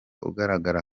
uragaragara